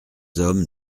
hommes